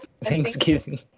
Thanksgiving